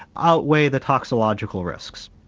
outweigh the toxicological risks.